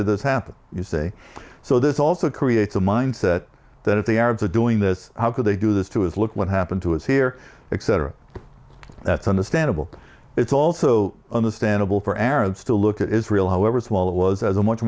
did this happen you say so this also creates a mindset that if the arabs are doing this how could they do this to us look what happened to us here except that's understandable it's also understandable for arabs to look at israel however small it was as a much